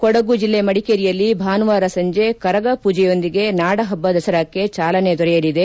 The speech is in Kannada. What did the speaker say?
ಕೊಡಗು ಜಿಲ್ಲೆ ಮಡಿಕೇರಿಯಲ್ಲಿ ಭಾನುವಾರ ಸಂಜೆ ಕರಗ ಪೂಜೆಯೊಂದಿಗೆ ನಾಡಪಬ್ಬ ದಸರಾಕ್ಕೆ ಚಾಲನೆ ದೊರೆಯಲಿದೆ